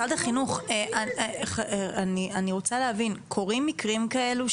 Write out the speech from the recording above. אני לא יודעת מי זאת המאבחנת שקיבלה הקצאה,